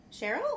Cheryl